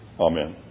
Amen